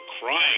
crying